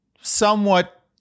somewhat